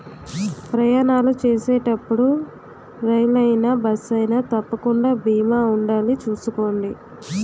ప్రయాణాలు చేసేటప్పుడు రైలయినా, బస్సయినా తప్పకుండా బీమా ఉండాలి చూసుకోండి